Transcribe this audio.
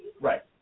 Right